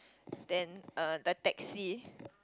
then uh the taxi